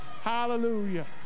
hallelujah